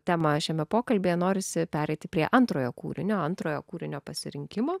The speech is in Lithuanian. temą šiame pokalbyje norisi pereiti prie antrojo kūrinio antrojo kūrinio pasirinkimo